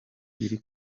iri